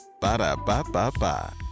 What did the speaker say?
Ba-da-ba-ba-ba